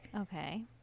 okay